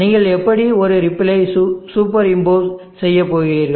நீங்கள் எப்படி ஒரு ரிப்பிள்ளை சூப்பர் இம்போஸ் செய்யப்போகிறீர்கள்